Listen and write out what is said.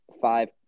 five